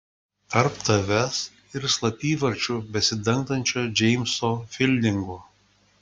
tarp tavęs ir slapyvardžiu besidangstančio džeimso fildingo